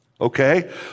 Okay